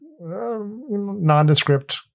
nondescript